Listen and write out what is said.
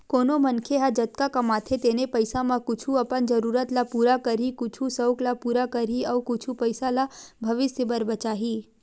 कोनो मनखे ह जतका कमाथे तेने पइसा म कुछ अपन जरूरत ल पूरा करही, कुछ सउक ल पूरा करही अउ कुछ पइसा ल भविस्य बर बचाही